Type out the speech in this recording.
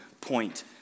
point